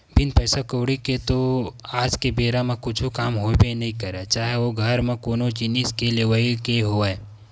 बिन पइसा कउड़ी के तो आज के बेरा म कुछु काम होबे नइ करय चाहे ओ घर म कोनो जिनिस के लेवई के होवय